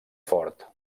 fort